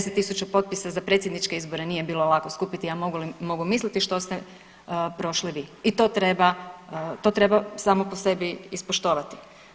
10.000 potpisa za predsjedničke izbore nije bilo lako skupiti, a mogu misliti što ste prošli vi i to treba, to treba samo po sebi ispoštovati.